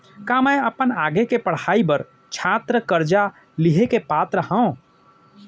का मै अपन आगे के पढ़ाई बर छात्र कर्जा लिहे के पात्र हव?